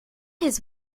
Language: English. his